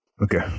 Okay